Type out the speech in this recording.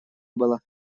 было